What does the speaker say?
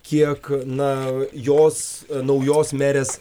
kiek na jos naujos merės